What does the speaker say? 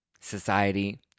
society